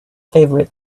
favorite